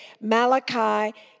Malachi